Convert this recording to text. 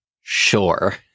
Sure